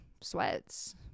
sweats